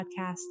podcast